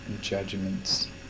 judgments